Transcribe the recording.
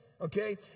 okay